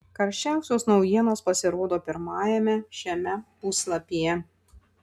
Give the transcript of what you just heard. karščiausios naujienos pasirodo pirmajame šiame puslapyje